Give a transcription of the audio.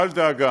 ואל דאגה,